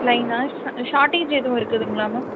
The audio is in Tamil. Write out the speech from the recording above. லைனு ஷா ஷாட்டேஜ் எதுவும் இருக்குதுங்களா மேம்